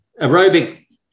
Aerobic